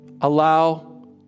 allow